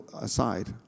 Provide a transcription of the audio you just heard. aside